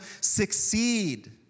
succeed